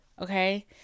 okay